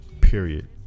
period